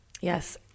Yes